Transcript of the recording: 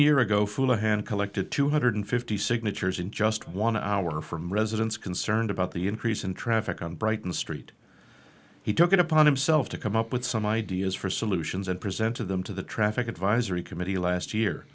year ago full of hand collected two hundred fifty signatures in just one hour from residents concerned about the increase in traffic on brighton street he took it upon himself to come up with some ideas for solutions and presented them to the traffic advisory committee last year